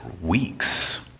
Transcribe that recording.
weeks